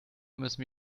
müssen